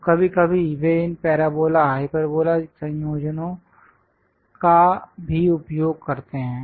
तो कभी कभी वे इन पेराबोला हाइपरबोला संयोजनों का भी उपयोग करते हैं